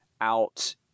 out